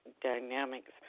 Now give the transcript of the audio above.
dynamics